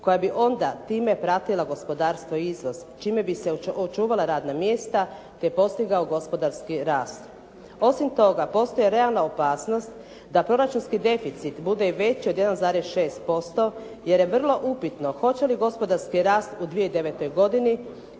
koja bi onda time pratila gospodarstvo i izvoz čime bi se očuvala radna mjesta, te postigao gospodarski rast. Osim toga, postoji realna opasnost da proračunski deficit bude i veći od 1,6%, jer je vrlo upitno hoće li gospodarski rast u 2009. godini